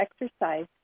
exercise